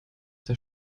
der